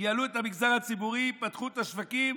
ייעלו את המגזר הציבורי, פתחו את השווקים,